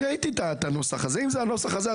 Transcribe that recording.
ראיתי את הנוסח הזה ואם זה הנוסח הזה,